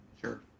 sure